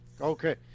okay